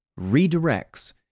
redirects